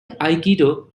aikido